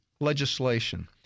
legislation